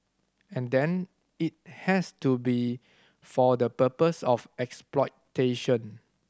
and then it has to be for the purpose of exploitation